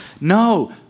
No